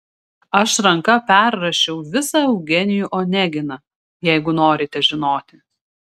aš ranka perrašiau visą eugenijų oneginą jeigu norite žinoti